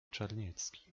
czarniecki